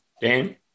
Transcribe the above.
Dan